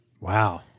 Wow